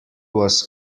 was